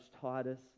Titus